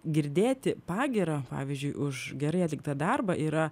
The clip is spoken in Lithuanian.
girdėti pagyrą pavyzdžiui už gerai atliktą darbą yra